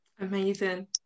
amazing